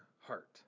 heart